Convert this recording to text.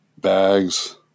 bags